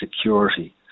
security